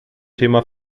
thema